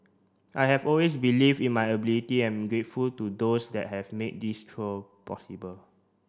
I have always believe in my ability and I'm grateful to those that have made this trial possible